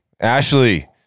Ashley